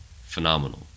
phenomenal